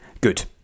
Good